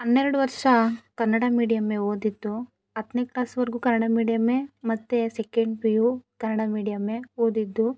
ಹನ್ನೆರಡು ವರ್ಷ ಕನ್ನಡ ಮೀಡಿಯಮ್ಮೇ ಓದಿದ್ದು ಹತ್ತನೇ ಕ್ಲಾಸ್ವರೆಗೂ ಕನ್ನಡ ಮಿಡಿಯಮ್ಮೇ ಮತ್ತೆ ಸೆಕೆಂಡ್ ಪಿ ಯು ಕನ್ನಡ ಮಿಡಿಯಮ್ಮೇ ಓದಿದ್ದು